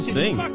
sing